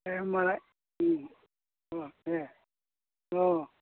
दे होमबालाय अ दे अ